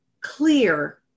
clear